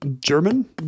German